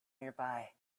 nearby